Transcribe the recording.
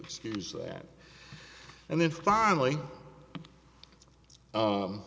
excuse that and then finally